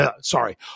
sorry